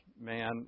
man